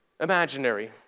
imaginary